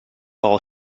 paul